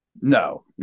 No